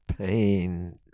pain